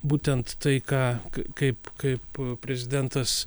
būtent tai ką kaip kaip prezidentas